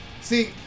see